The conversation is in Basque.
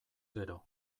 gero